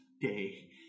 day